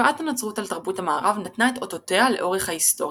השפעת הנצרות על תרבות המערב נתנה את אותותיה לאורך ההיסטוריה.